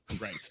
Right